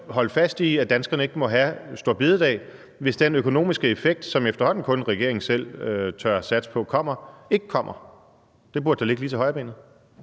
holde fast i, at danskerne ikke må have store bededag, hvis den økonomiske effekt, som efterhånden kun regeringen selv tør satse på kommer, ikke kommer? Det burde da ligge lige til højrebenet.